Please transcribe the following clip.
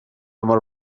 mor